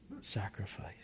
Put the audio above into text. sacrifice